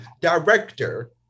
director